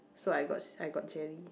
so I I got jelly